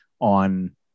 on